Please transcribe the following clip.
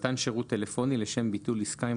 "מתן שירות טלפוני לשם ביטול עסקה עם